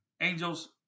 angels